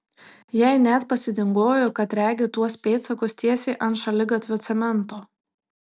jai net pasidingojo kad regi tuos pėdsakus tiesiai ant šaligatvio cemento